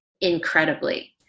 incredibly